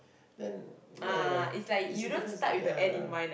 then ya ya it's a different ya